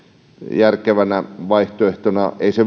järkevänä vaihtoehtona ei se